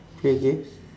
play games